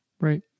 Right